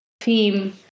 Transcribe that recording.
theme